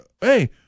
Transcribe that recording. Hey